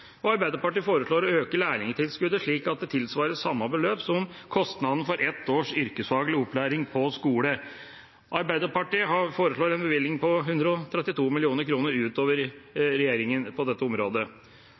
Arbeiderpartiet foreslår å øke lærlingtilskuddet slik at det tilsvarer samme beløp som kostnaden for ett års yrkesfaglig opplæring på skole. Arbeiderpartiet foreslår en bevilgning på 132 mill. kr utover